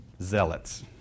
Zealots